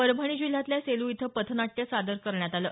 परभणी जिल्ह्यातल्या सेलू इथं पथनाट्य सादर करण्यात आलं